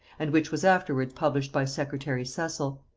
and which was afterwards published by secretary cecil.